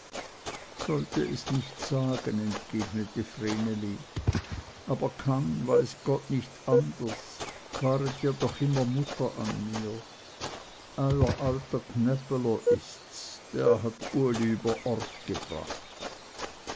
sollte es nicht sagen entgegnete vreneli aber kann weiß gott nicht anders waret ihr doch immer mutter an mir euer alter gnäppeler ists der hat uli über ort gebracht